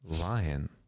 Lion